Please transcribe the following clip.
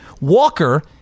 Walker